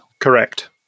Correct